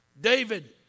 David